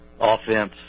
offense